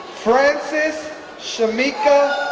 frances shamika